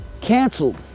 canceled